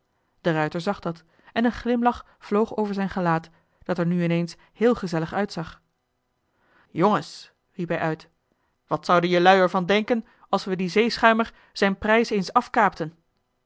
de ruijter zag dat en een glimlach vloog over zijn gelaat dat er nu ineens heel gezellig uitzag jongens riep hij uit wat zouden jelui er van denken als we dien zeeschuimer zijn prijs eens afkaapten